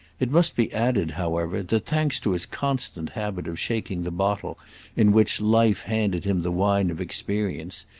it must be added however that, thanks to his constant habit of shaking the bottle in which life handed him the wine of experience,